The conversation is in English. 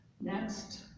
Next